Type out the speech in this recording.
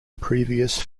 previous